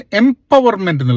empowerment